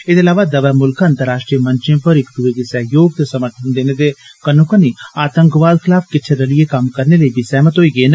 एदे इलावा दवै मुल्ख अंतर्राष्ट्री मंचे पर इक दुए गी सहयोग ते समर्थन देने दे कन्नोकन्नी आतंकवाद खलाफ किट्ठे रलिए कम्म करने लेई बी सैहमत होई गे न